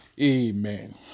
amen